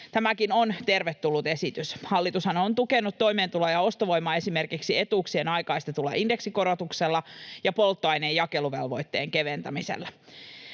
Tämäkin on tervetullut esitys. Hallitushan on tukenut toimeentuloa ja ostovoimaa esimerkiksi etuuksien aikaistetulla indeksikorotuksella ja polttoaineen jakeluvelvoitteen keventämisellä.